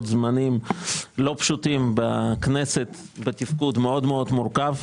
זמנים לא פשוטים בכנסת בתפקוד מאוד מאוד מורכב.